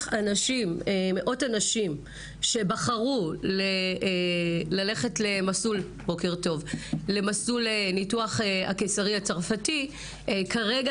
מאות הנשים שבחרו ללכת למסלול של ניתוח קיסרי צרפתי כרגע